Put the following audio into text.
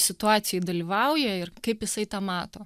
situacijoj dalyvauja ir kaip jisai tą mato